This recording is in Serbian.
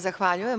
Zahvaljujem.